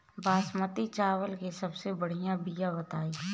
बासमती चावल के सबसे बढ़िया बिया बताई?